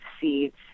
seeds